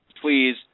please